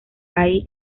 ahí